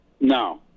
No